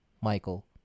Michael